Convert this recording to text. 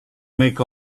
make